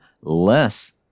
less